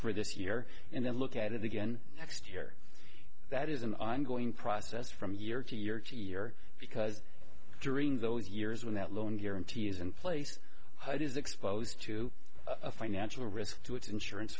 for this year and then look at it again next year that is an ongoing process from year to year to year because during those years when that loan guarantees in place hud is exposed to a financial risk to its insurance